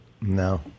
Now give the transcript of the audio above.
No